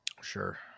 sure